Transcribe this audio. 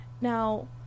Now